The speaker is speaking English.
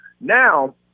Now